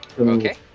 Okay